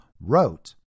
wrote